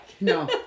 no